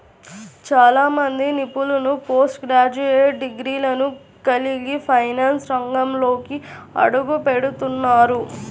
చాలా మంది నిపుణులు పోస్ట్ గ్రాడ్యుయేట్ డిగ్రీలను కలిగి ఫైనాన్స్ రంగంలోకి అడుగుపెడుతున్నారు